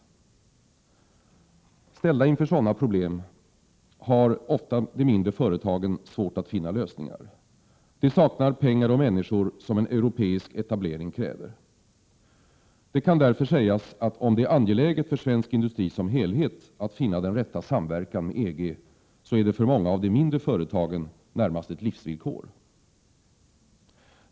Ställda inför sådana problem har de mindre företagen svårt att finna lösningar. Ofta saknar de pengar och människor som en europeisk etablering kräver. Det kan därför sägas, att om det är angeläget för svensk industri som helhet att finna den rätta samverkan med EG, så är det för många av de mindre företagen närmast ett livsvillkor.